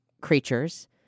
creatures